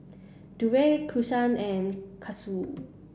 Burdette Keshaun and Cassius